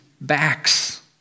backs